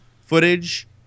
footage